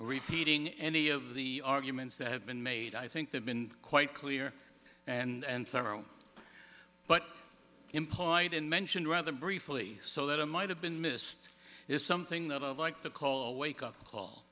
repeating any of the arguments that have been made i think they've been quite clear and sorrow but implied in mention rather briefly so that it might have been missed is something that i'd like to call a wake up call